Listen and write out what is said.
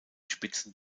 spitzen